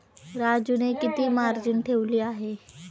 राजूने किती मार्जिन ठेवले आहे?